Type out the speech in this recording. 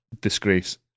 disgrace